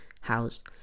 house